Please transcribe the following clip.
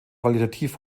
qualitativ